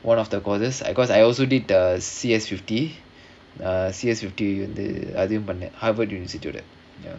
one of the courses I because I also did the C_S fifty uh C_S fifty வந்து:vandhu Harvard institute ya